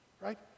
right